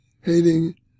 hating